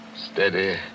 steady